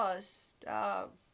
stop